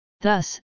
Thus